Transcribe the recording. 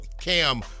Cam